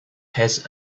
has